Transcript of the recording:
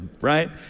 right